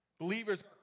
Believers